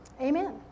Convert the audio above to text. Amen